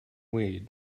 weed